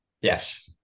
Yes